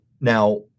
now